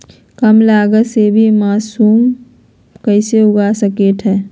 कम लगत मे भी मासूम कैसे उगा स्केट है?